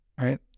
Right